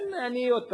עוד פעם,